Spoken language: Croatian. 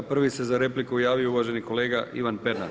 Prvi se za repliku javio uvaženi kolega Ivan Pernar.